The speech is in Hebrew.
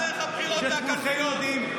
הדמוקרטיה, את זה כולכם יודעים.